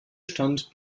stand